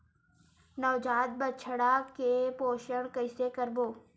नवजात बछड़ा के पोषण कइसे करबो?